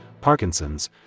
Parkinson's